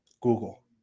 Google